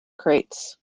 crates